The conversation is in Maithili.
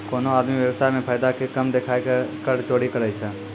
कोनो आदमी व्य्वसाय मे फायदा के कम देखाय के कर चोरी करै छै